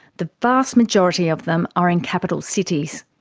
the vast majority of them are in capital cities.